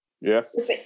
yes